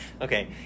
okay